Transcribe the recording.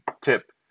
tip